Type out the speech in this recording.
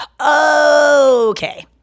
okay